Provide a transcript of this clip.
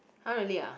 !huh! really ah